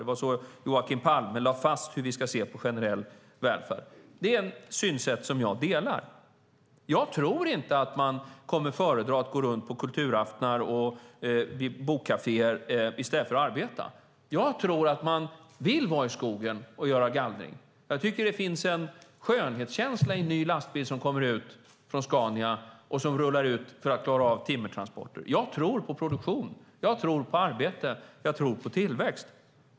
Det var så Joakim Palme lade fast hur vi ska se på generell välfärd. Det är ett synsätt jag delar. Jag tror inte att man kommer att föredra att gå runt på kulturaftnar och bokkaféer i stället för att arbeta. Jag tror att man vill vara i skogen och göra gallring. Jag tycker att det finns en skönhetskänsla i en ny lastbil som kommer ut från Scania och rullar ut för att klara av timmertransporter. Jag tror på produktion. Jag tror på arbete. Jag tror på tillväxt.